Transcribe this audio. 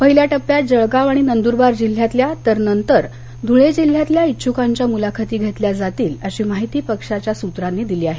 पहिल्या टप्प्यात जळगाव आणि नंदुरबार जिल्ह्यातल्या तर नंतर धुळे जिल्ह्यातल्या ईच्छुकांच्या मुलाखती घेतल्या जातील अशी माहिती पक्षाच्या सूत्रांनी दिली आहे